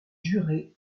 jurée